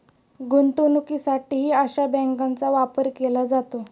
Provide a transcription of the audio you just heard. गुंतवणुकीसाठीही अशा बँकांचा वापर केला जातो